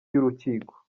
y’urukiko